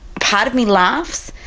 part of me laughs,